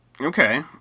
Okay